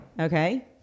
okay